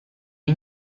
gli